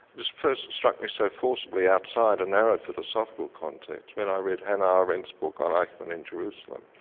this first struck me so forcibly outside a narrow philosophical context when i read hannah arendt's book on eichmann in jerusalem.